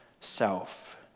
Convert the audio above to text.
self